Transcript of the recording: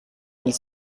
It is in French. mille